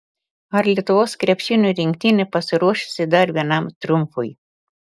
ar lietuvos krepšinio rinktinė pasiruošusi dar vienam triumfui